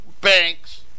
banks